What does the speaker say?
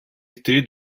été